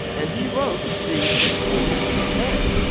and he wrote, c h, hey.